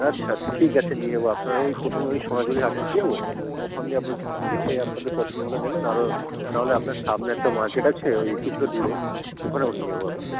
আচ্ছা ঠিক আছে নিয়ে যাবো আপনারা ওই পোথমে ওই সোনাঝুড়ির হাটে নিয়ে যাবো ওখানে দিয়ে আপনাদের দেখে আপনাদের পছন্দ হলে নেবেন আরো নাহলে আপনার সামনে একটা মার্কেট আছে ওই কিছুটা দূরে ওখানেও নিয়ে যাবো আপনাদের